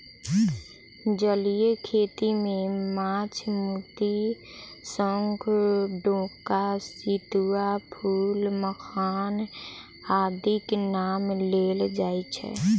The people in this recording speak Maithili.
जलीय खेती मे माछ, मोती, शंख, डोका, सितुआ, फूल, मखान आदिक नाम लेल जाइत छै